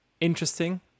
interesting